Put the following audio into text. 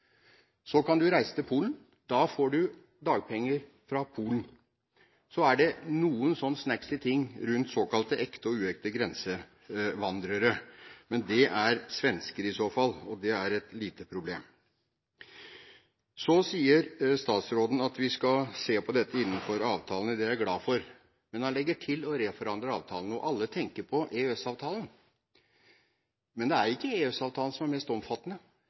Så kan du reise til Polen. Da får du dagpenger fra Polen. Så er det noen sånne «snacksy» ting rundt såkalte ekte og uekte grensevandrere, men det er i så fall svensker, og det er et lite problem. Så sier statsråden at vi skal se på dette innenfor avtalen, og det er jeg glad for, men han legger til: og reforhandler avtalen. Og da tenker alle på EØS-avtalen, men det er ikke EØS-avtalen som er mest omfattende; det er Helsingforsavtalen. Det nordiske samarbeidet er mest omfattende,